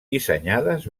dissenyades